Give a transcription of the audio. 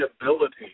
ability